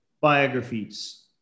biographies